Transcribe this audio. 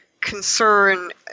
concern